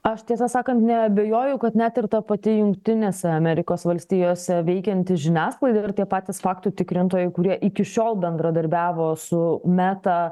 aš tiesą sakant neabejoju kad net ir ta pati jungtinėse amerikos valstijose veikianti žiniasklaida ir tie patys faktų tikrintojai kurie iki šiol bendradarbiavo su meta